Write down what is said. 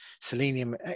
selenium